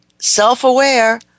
self-aware